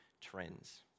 trends